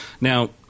Now